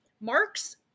Marx